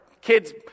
kids